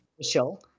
official